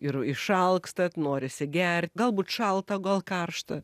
ir išalkstat norisi gert galbūt šalta o gal karšta